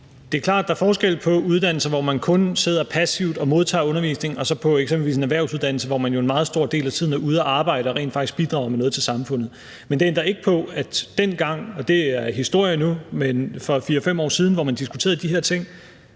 Det er klart, at der er forskel på uddannelser, hvor man kun sidder passivt og modtager undervisning, og så på eksempelvis en erhvervsuddannelse, hvor man jo en meget stor del af tiden er ude at arbejde og rent faktisk bidrager med noget til samfundet. Men det ændrer ikke på, at man dengang for 4-5 år siden – det er historie nu – hvor man diskuterede de her ting,